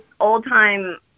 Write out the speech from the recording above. old-time